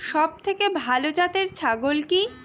সবথেকে ভালো জাতের ছাগল কি?